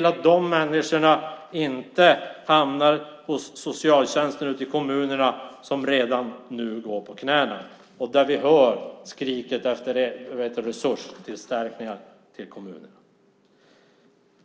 och att de människorna inte hamnar hos socialtjänsterna i kommunerna, som redan nu går på knäna. Vi hör skriket efter resursförstärkningar till kommunerna.